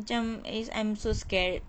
macam is I'm so scared